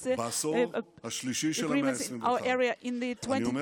בעשור השלישי של המאה ה-21 אני אומר